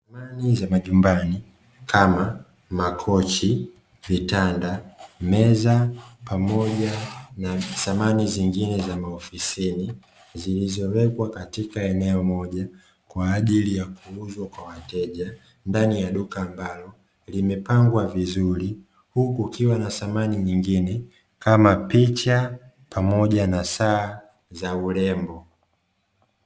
Samani za nyumbani kama makochi, vitanda, meza pamoja na samani nyingine za maofisini; zilizowekwa katika eneo moja kwa ajili ya kuuzwa kwa wateja ndani ya duka ambalo limepangwa vizuri, huku ikiwa na samani nyingine kama picha pamoja na saa za urembo.